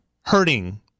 hurting